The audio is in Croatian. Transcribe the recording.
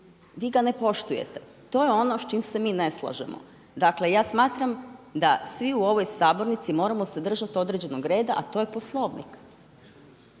Vi ga ne poštujete. To je ono s čim se mi ne slažemo. Dakle, ja smatram da svi u ovoj sabornici moramo se držati određenog reda, a to je Poslovnik.